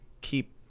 keep